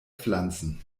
pflanzen